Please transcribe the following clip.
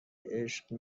عشق